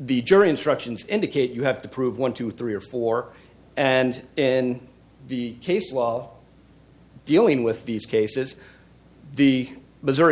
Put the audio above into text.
the jury instructions indicate you have to prove one two three or four and in the case law dealing with these cases the missouri